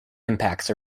impacts